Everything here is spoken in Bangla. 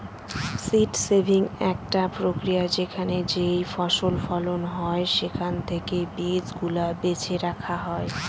সীড সেভিং একটা প্রক্রিয়া যেখানে যেইফসল ফলন হয় সেখান থেকে বীজ গুলা বেছে রাখা হয়